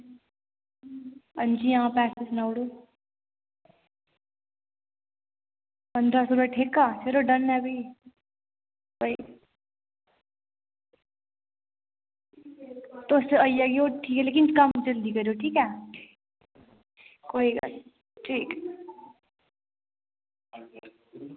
हां जी हां पैसे सनाई ओड़ो पंज दस दा ठेका यरो डन ऐ फ्ही कोई नेईं तुस आई जाएओ ठीक ऐ लेकिन कम्म जल्दी करेओ ठीक ऐ कोई गल्ल निं ठीक